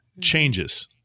changes